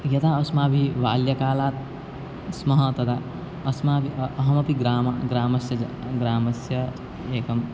यदा अस्माभिः बाल्यकालात् स्मः तदा अस्माभिः अहमपि ग्रामस्य ग्रामस्य जनः ग्रामस्य एकं